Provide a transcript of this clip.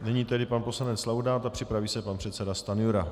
Nyní tedy pan poslanec Laudát a připraví se pan předseda Stanjura.